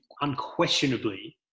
unquestionably